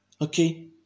Okay